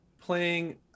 playing